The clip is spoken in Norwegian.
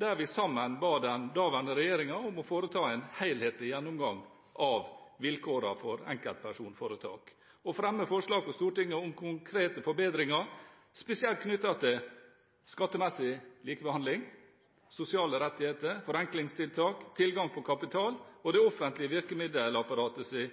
der vi sammen ba den daværende regjeringen om å foreta en helhetlig gjennomgang av vilkårene for enkeltpersonforetak og fremmet forslag for Stortinget om konkrete forbedringer spesielt knyttet til skattemessig likebehandling, sosiale rettigheter, forenklingstiltak, tilgang på kapital og det offentlige